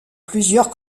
plusieurs